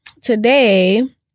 today